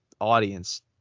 audience